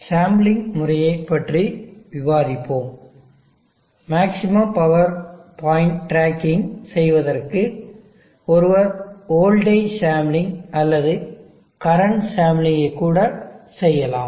sampling முறையைப் பற்றி விவாதிப்போம் மேக்ஸிமம் பவர் பாயிண்ட் டிராக்கிங் செய்வதற்கு ஒருவர் வோல்டேஜ் சாம்ப்லிங்க் அல்லது கரண்ட் சாம்ப்லிங்க் ஐ கூட செய்யலாம்